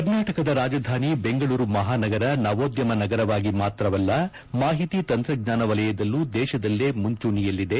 ಕರ್ನಾಟಕದ ರಾಜಧಾನಿ ಬೆಂಗಳೂರು ಮಹಾನಗರ ನವೋದ್ಯಮ ನಗರವಾಗಿ ಮಾತ್ರವಲ್ಲ ಮಾಹಿತಿ ತಂತ್ರಜ್ಞಾನ ವಲಯದಲ್ಲೂ ದೇಶದಲ್ಲೇ ಮುಂಚೂಣೆಯಲ್ಲಿದೆ